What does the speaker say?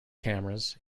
cameras